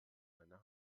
eine